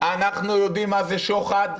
אנחנו יודעים מה זה שוחד,